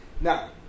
Now